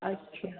अच्छा